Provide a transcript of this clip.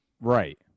Right